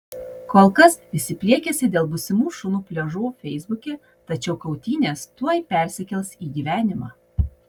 kol kas visi pliekiasi dėl būsimų šunų pliažų feisbuke tačiau kautynės tuoj persikels į gyvenimą